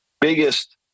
biggest